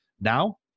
Now